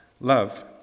love